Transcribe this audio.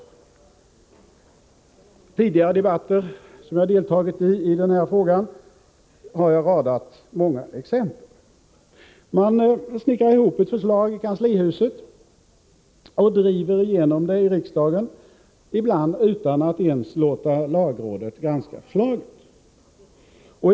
I tidigare debatter i den här frågan har jag radat upp många exempel. Man snickrar ihop ett förslag i kanslihuset och driver igenom det i riksdagen, ibland utan att ens låta lagrådet granska förslaget.